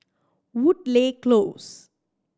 Woodleigh Close